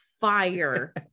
Fire